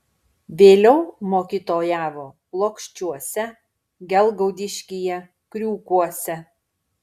vėliau mokytojavo plokščiuose gelgaudiškyje kriūkuose